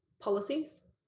policies